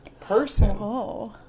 person